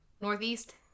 northeast